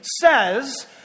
says